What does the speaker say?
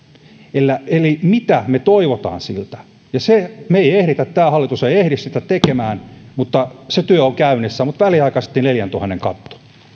sen kautta mitä me toivomme siltä me emme ehdi tämä hallitus ei ehdi sitä tekemään mutta se työ on käynnissä mutta väliaikaisesti on neljäntuhannen katto